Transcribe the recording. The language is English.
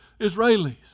Israelis